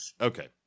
okay